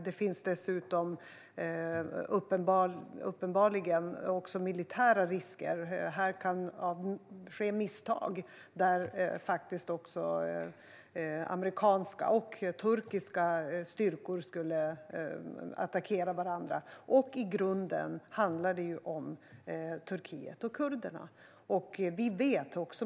Det finns dessutom uppenbarligen också militära risker. Här kan det ske misstag - amerikanska och turkiska styrkor skulle kunna attackera varandra. I grunden handlar det om Turkiet och kurderna.